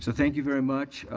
so thank you very much.